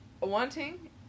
Wanting